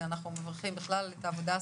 אנחנו מברכים בכלל את העבודה הסטודנטיאלית,